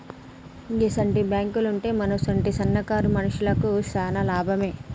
గిసుంటి బాంకులుంటే మనసుంటి సన్నకారు మనుషులకు శాన లాభమే